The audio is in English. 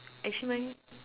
actually my